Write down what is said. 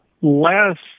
Last